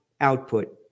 output